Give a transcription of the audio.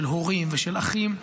של הורים ושל אחים,